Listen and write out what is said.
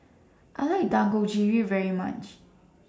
I like Dangojiru very much